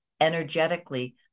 energetically